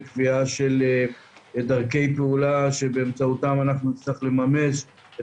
קביעה של דרכי פעולה שבאמצעותם נצטרך לממש את